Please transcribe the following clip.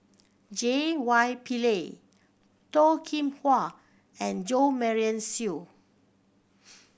J Y Pillay Toh Kim Hwa and Jo Marion Seow